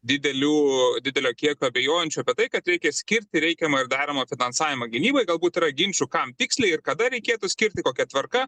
didelių didelio kiekio abejojančių apie tai kad reikia skirti reikiamą ir deramą finansavimą gynybai galbūt yra ginčų kam tiksliai ir kada reikėtų skirti kokia tvarka